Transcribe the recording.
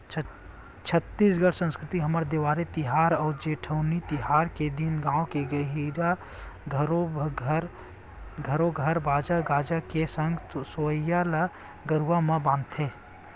छत्तीसगढ़ी संस्कृति हमर देवारी तिहार अउ जेठवनी तिहार के दिन गाँव के गहिरा घरो घर बाजा गाजा के संग सोहई ल गरुवा म बांधथे